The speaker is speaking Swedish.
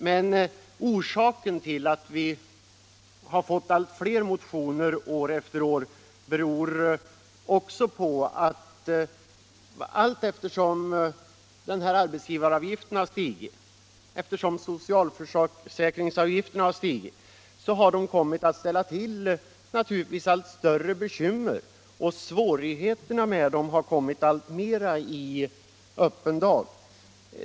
Men att vi har fått allt fler motioner år efter år beror också på att arbetsgivaravgifterna och socialförsäkringsavgifterna allteftersom de har stigit har kommit att ställa till allt större bekymmer och svårigheter, vilket alltmera kommit i öppen dag.